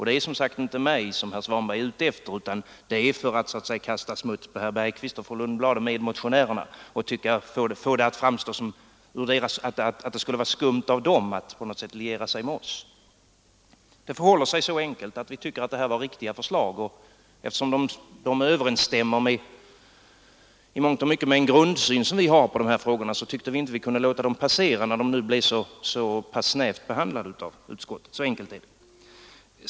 Det är som sagt inte mig som herr Svanberg är ute efter, utan han vill så att säga kasta smuts på herr Bergqvist, fru Lundblad och medmotionärerna och få det att framstå som skumt av dem att på något sätt liera sig med oss. Det förhåller sig helt enkelt så att vi tycker att det här var riktiga förslag, och eftersom de i mångt och mycket överensstämmer med den grundsyn som vi har i dessa frågor tyckte vi inte att vi kunde låta dem passera när de nu blev så pass snävt behandlade av utskottet. Så enkelt är det.